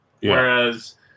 whereas